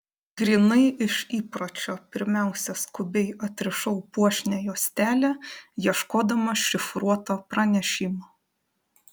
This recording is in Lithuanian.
grynai iš įpročio pirmiausia skubiai atrišau puošnią juostelę ieškodama šifruoto pranešimo